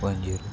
one zero